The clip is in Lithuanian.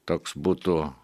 toks būtų